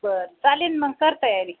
बरं चालेल मग कर तयारी